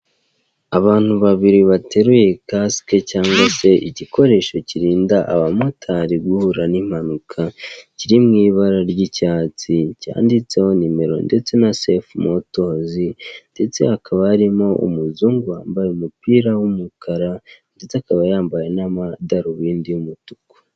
Abantu babiri bateruye caske cyangwa se igikoresho kirinda abamotari guhura n'impanuka kiri mu ibara ry'icyatsi, cyanditseho nimero ndetse na sefe motos ndetse hakaba harimo umuzungu wambaye umupira w'umukara ndetse akaba yambaye n'amadarubindi y'umutuku.